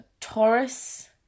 Taurus